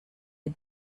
had